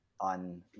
on